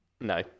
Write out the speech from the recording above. No